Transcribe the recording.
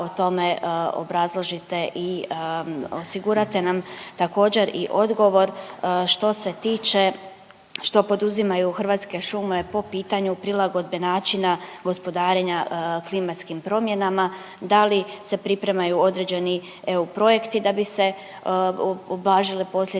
o tome obrazložite i osigurate nam također i odgovor što se tiče što poduzimaju Hrvatske šume po pitanju prilagodbe načina gospodarenja klimatskim promjenama, da li se pripremaju određeni EU projekti da bi se ublažile posljedice